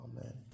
Amen